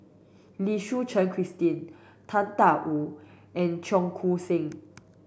Lim Suchen Christine Tang Da Wu and Cheong Koon Seng